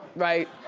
right?